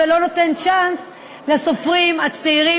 באותם סופרים צעירים,